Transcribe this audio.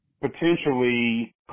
potentially